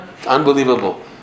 Unbelievable